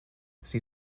sie